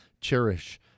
cherish